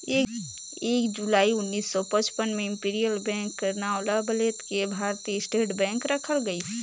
एक जुलाई उन्नीस सौ पचपन में इम्पीरियल बेंक कर नांव ल बलेद के भारतीय स्टेट बेंक रखल गइस